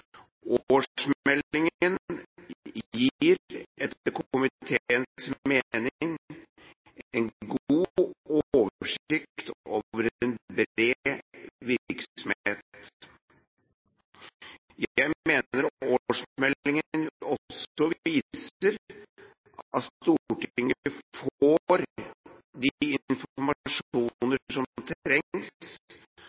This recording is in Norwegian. en god oversikt over en bred virksomhet. Jeg mener årsmeldingen også viser at